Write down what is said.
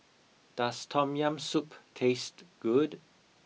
does tom yam soup taste good